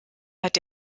hat